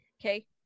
Okay